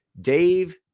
Dave